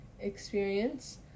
experience